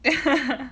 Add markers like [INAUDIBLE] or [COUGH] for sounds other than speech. [LAUGHS]